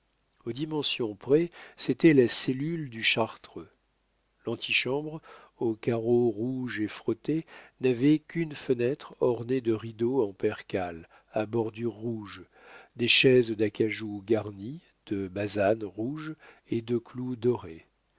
aux dimensions près c'était la cellule du chartreux l'antichambre au carreau rouge et frotté n'avait qu'une fenêtre ornée de rideaux en percale à bordures rouges des chaises d'acajou garnies de basane rouge et de clous dorés